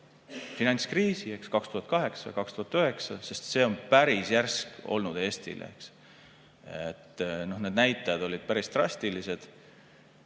[aastatel] 2008–2009, sest see oli päris järsk Eestile. Need näitajad olid päris drastilised.